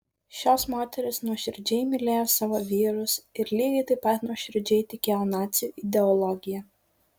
šios moterys nuoširdžiai mylėjo savo vyrus ir lygiai taip pat nuoširdžiai tikėjo nacių ideologija